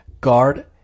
Guard